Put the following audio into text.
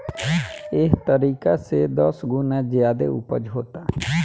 एह तरीका से दस गुना ज्यादे ऊपज होता